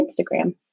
Instagram